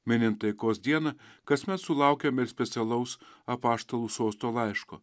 minint taikos dieną kasmet sulaukiam ir specialaus apaštalų sosto laiško